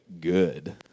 good